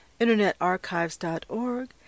InternetArchives.org